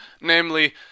namely